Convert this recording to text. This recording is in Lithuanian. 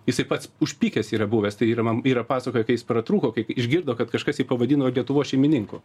jisai pats užpykęs yra buvęs tai yra man yra pasakoję kai jis pratrūko kai išgirdo kad kažkas jį pavadino lietuvos šeimininku